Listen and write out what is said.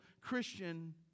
Christian